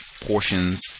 portions